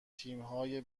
تیمهای